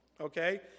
okay